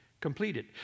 completed